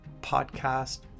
podcast